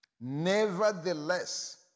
Nevertheless